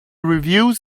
reviews